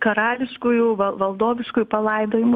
karališkųjų va valdoviškųjų palaidojimų